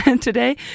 today